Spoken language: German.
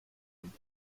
und